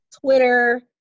Twitter